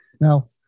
Now